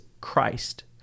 Christ